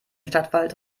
stadtwald